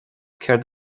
céard